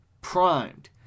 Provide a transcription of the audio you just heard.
Primed